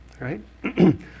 right